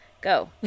Go